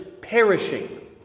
perishing